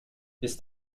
ist